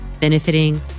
benefiting